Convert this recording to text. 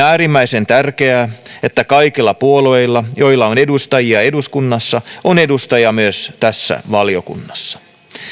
äärimmäisen tärkeää että kaikilla puolueilla joilla on edustajia eduskunnassa on edustaja myös tässä valiokunnassa